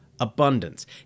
abundance